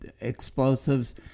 explosives